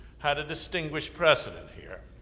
had a distinguished precedent here,